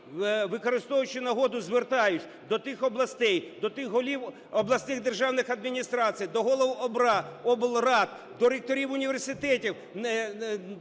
використовуючи нагоду, звертаюся до тих областей, до тих голів обласних державних адміністрацій, до голів облрад, до ректорів університетів,